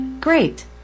Great